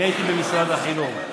אני הייתי במשרד החינוך.